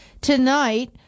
Tonight